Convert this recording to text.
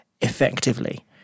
effectively